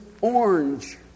orange